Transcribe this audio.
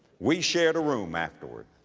we shared a room afterward.